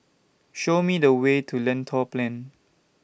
Show Me The Way to Lentor Plain